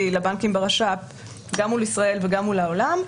לבנקים ברש"פ גם מול ישראל וגם מול העולם,